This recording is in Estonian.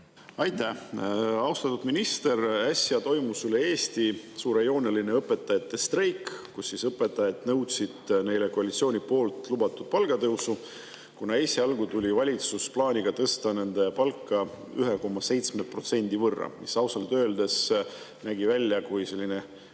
Aitäh! Austatud minister! Äsja toimus üle Eesti suurejooneline õpetajate streik, kus õpetajad nõudsid neile koalitsiooni lubatud palgatõusu, kuna esialgu tuli valitsus välja plaaniga tõsta nende palka 1,7% võrra, mis ausalt öeldes nägi välja kui pedagoogide